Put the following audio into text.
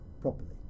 properly